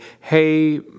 hey